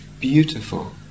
beautiful